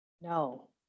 no